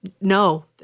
no